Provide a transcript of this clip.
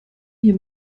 hier